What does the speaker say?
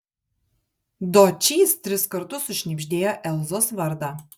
dočys tris kartus sušnibždėjo elzos vardą